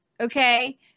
Okay